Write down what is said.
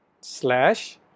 slash